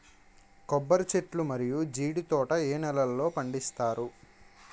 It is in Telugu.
కొబ్బరి చెట్లు మరియు జీడీ తోట ఏ నేలల్లో పండిస్తారు?